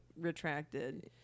retracted